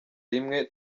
rimwe